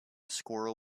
squirrel